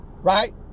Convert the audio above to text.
right